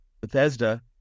Bethesda